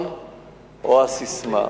רצוני לשאול: